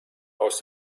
aus